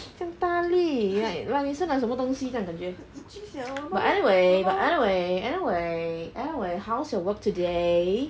将大粒 like like 你生了什么东西将感觉 but anyway but anyway anyway anyway how's your work today